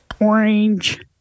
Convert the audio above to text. orange